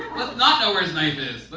not know where his knife is.